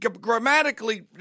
grammatically